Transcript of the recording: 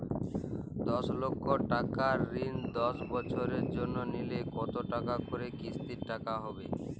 দশ লক্ষ টাকার ঋণ দশ বছরের জন্য নিলে কতো টাকা করে কিস্তির টাকা হবে?